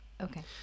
Okay